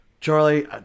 Charlie